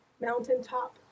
mountaintop